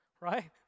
right